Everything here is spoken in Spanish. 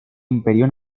imperio